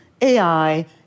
AI